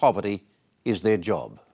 poverty is their job